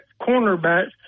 cornerbacks